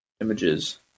Images